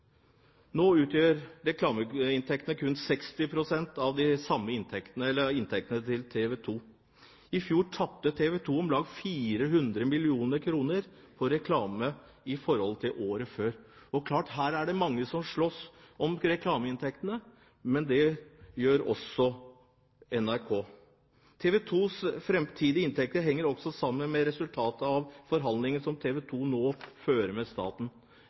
Nå utgjør reklameinntektene kun 60 pst. av inntektene til TV 2. I fjor tapte TV 2 om lag 400 mill. kr på reklame i forhold til året før. Det er klart at her er det mange som slåss om reklameinntektene. Men det gjør også NRK. TV 2s framtidige inntekter henger også sammen med resultatet av forhandlingene som TV 2 nå fører med staten.